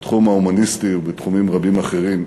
בתחום ההומניסטי ובתחומים רבים אחרים,